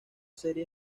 serie